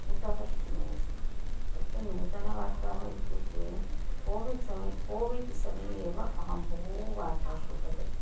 उत शृणोसि तत् नूतनवार्ताः इत्युक्ते कोविड् समये कोविड् समये एव अहं बह्व्यः वार्ताः शृतवती